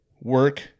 work